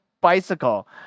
bicycle